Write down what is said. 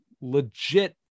legit